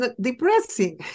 depressing